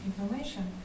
information